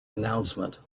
announcement